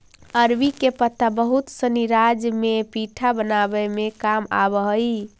अरबी के पत्ता बहुत सनी राज्य में पीठा बनावे में भी काम आवऽ हई